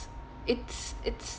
it's it's